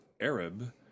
Arab